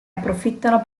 approfittano